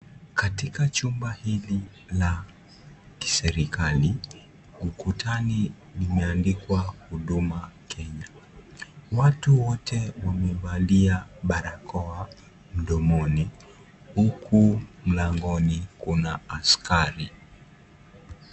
Katika chumba hili la kiserikali, ukutani limeandikwa " Huduma Kenya". Watu wote wamevalia barakoa mdomoni huku mlangoni kuna askari .